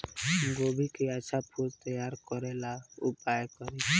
गोभी के अच्छा फूल तैयार करे ला का उपाय करी?